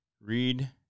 read